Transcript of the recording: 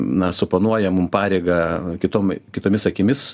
na suponuoja mum pareigą kitom kitomis akimis